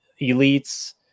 elites